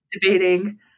debating